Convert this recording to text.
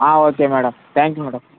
ah okay madam thank you madam